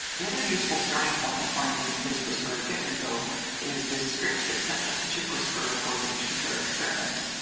the other useful starting point you'll find in the facewhisperer git repo is this script that sets up the chipwhisperer for this particular experiment.